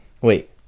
wait